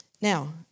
Now